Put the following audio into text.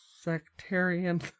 sectarian